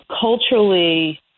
culturally